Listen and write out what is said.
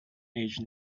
age